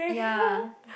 ya